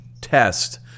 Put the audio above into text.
test